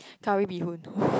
curry bee hoon